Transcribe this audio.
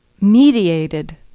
mediated